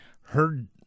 heard